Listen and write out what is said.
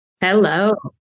Hello